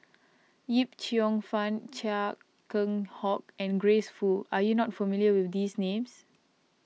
Yip Cheong Fun Chia Keng Hock and Grace Fu are you not familiar with these names